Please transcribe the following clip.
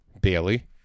Bailey